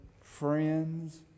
friends